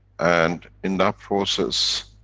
and, in that process.